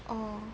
oh